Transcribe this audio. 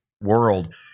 World